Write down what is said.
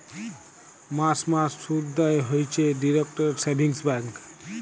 মাস মাস শুধ দেয় হইছে ডিইরেক্ট সেভিংস ব্যাঙ্ক